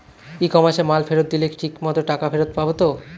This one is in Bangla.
ই কমার্সে মাল ফেরত দিলে ঠিক মতো টাকা ফেরত পাব তো?